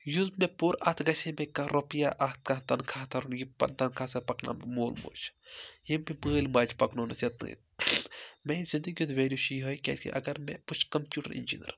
یُس مےٚ پوٚر اَتھ گژھِ ہے مےٚ کانٛہہ رۄپیہِ اَتھ کانٛہہ تَنخواہ تَرُن یہِ تَنخاہ سا پَکناو بہٕ مول موج ییٚلہِ بہٕ مٲلۍ ماجہِ پَکناونَس یَتھ نٔے میٛانہِ زِندگی ہُنٛد ویلیوٗ چھُ یِہوے کیازکہِ اگر مےٚ بہٕ چھُس کَمپیوٗٹَر اِنجیٖنَر